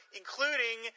including